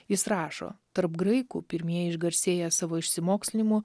jis rašo tarp graikų pirmieji išgarsėję savo išsimokslinimu